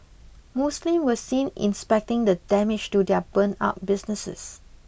Muslims were seen inspecting the damage to their burnt out businesses